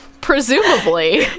presumably